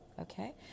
Okay